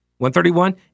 131